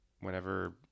whenever